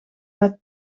met